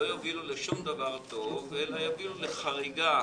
לא יובילו לשום דבר טוב, אלא יביאו לחריגה